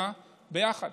ביחד